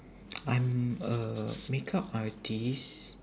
I'm a makeup artist